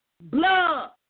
blood